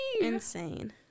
Insane